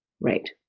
Right